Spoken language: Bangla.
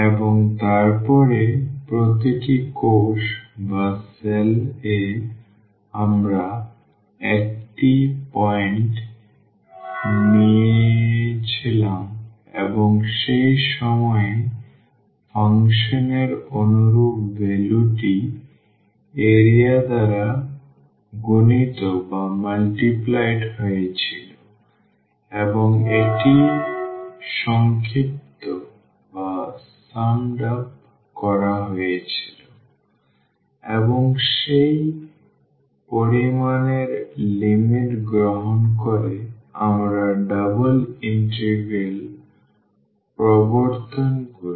এবং তারপরে প্রতিটি কোষ এ আমরা একটি পয়েন্ট নিয়েছিলাম এবং সেই সময়ে ফাংশনের অনুরূপ ভ্যালুটি এরিয়া দ্বারা গুণিত হয়েছিল এবং এটি সংক্ষিপ্ত করা হয়েছিল এবং সেই পরিমাণের লিমিট গ্রহণ করে আমরা ডাবল ইন্টিগ্রাল প্রবর্তন করি